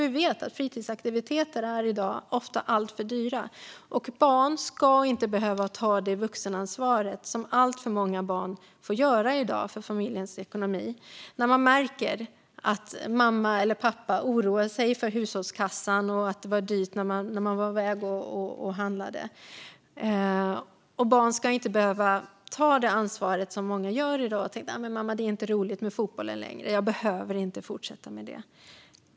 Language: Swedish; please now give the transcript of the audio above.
Vi vet att fritidsaktiviteter i dag ofta är alltför dyra. Barn ska inte behöva ta det vuxenansvar som alltför många barn får ta i dag för familjens ekonomi, till exempel när de märker att mamma eller pappa oroar sig för hushållskassan och att det var dyrt när man var iväg och handlade. Barn ska inte känna sig tvungna att säga: Mamma, det är inte roligt med fotbollen längre - jag behöver inte fortsätta med den.